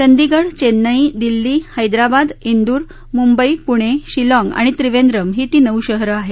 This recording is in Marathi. चंदीगढ चेन्नई दिल्ली हैद्राबाद इंदूर मुंबई पूणे शिलाँग आणि त्रिवेंद्रम ही ती नऊ शहर आहेत